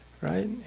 right